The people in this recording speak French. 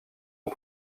aux